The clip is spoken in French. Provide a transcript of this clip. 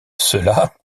cela